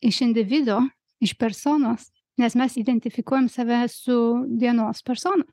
iš individo iš personos nes mes identifikuojam save su dienos persona